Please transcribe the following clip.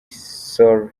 soul